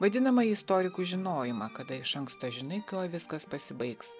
vadinamąjį istorikų žinojimą kada iš anksto žinai kuo viskas pasibaigs